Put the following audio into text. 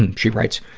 and she writes,